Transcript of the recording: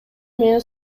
менен